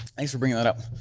thanks for bringing that up,